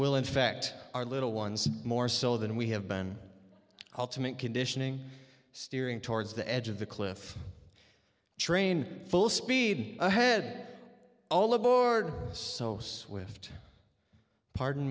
will in fact our little ones more so than we have been all to make conditioning steering towards the edge of the cliff train full speed ahead all aboard is so swift pardon